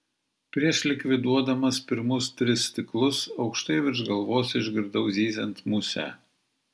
prieš likviduodamas pirmus tris stiklus aukštai virš galvos išgirdau zyziant musę